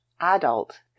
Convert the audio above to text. adult